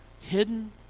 hidden